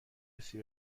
حسی